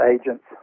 agents